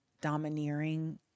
domineering